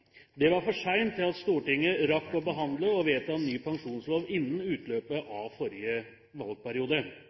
Dette var for sent til at Stortinget rakk å behandle og vedta en ny pensjonslov innen utløpet av forrige valgperiode.